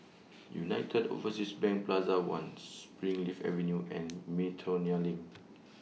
United Overseas Bank Plaza one Springleaf Avenue and Miltonia LINK